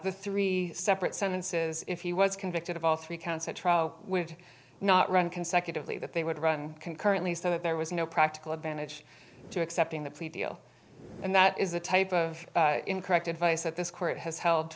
the three separate sentences if he was convicted of all three counts at trial would not run consecutively that they would run concurrently so that there was no practical advantage to accepting the plea deal and that is the type of incorrect advice that this court has hel